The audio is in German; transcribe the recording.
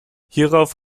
hierauf